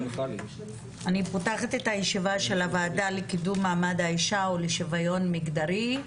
אני פותחת את הישיבה של הוועדה לקידום מעמד האישה ולשוויון מגדרי.